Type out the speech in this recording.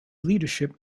leadership